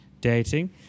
dating